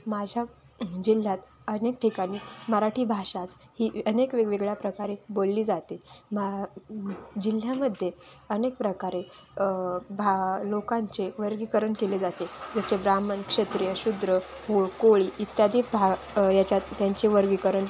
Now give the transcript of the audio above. माझ्या जिल्ह्यात अनेक ठिकाणी मराठी भाषाच ही अनेक वेगवेगळ्या प्रकारे बोलली जाते मा जिल्ह्यामध्ये अनेक प्रकारे भा लोकांचे वर्गीकरण केले जायचे जसे ब्राह्मण क्षत्रीय शुद्र को कोळी इत्यादी भा याच्यात त्यांचे वर्गीकरण के